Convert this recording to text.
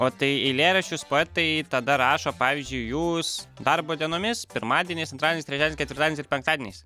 o tai eilėraščius poetai tada rašo pavyzdžiui jūs darbo dienomis pirmadieniais antradieniais trečiadieniais ketvirtadieniais ir penktadieniais